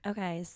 Okay